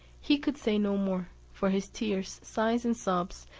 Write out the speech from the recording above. he could say no more, for his tears, sighs, and sobs,